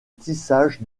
tissage